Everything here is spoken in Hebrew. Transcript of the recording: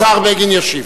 השר בגין ישיב.